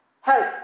help